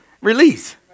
release